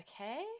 Okay